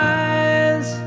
eyes